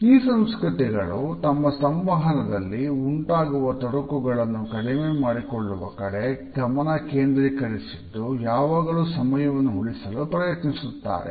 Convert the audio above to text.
ಈ ಸಂಸ್ಕೃತಿಗಳು ತಮ್ಮ ಸಂವಹನದಲ್ಲಿ ಉಂಟಾಗುವ ತೊಡಕುಗಳನ್ನು ಕಡಿಮೆ ಮಾಡಿಕೊಳ್ಳುವ ಕಡೆ ಗಮನ ಕೇಂದ್ರೀಕರಿಸಿದ್ದು ಯಾವಾಗಲೂ ಸಮಯವನ್ನು ಉಳಿಸಲು ಪ್ರಯತ್ನಿಸುತ್ತಾರೆ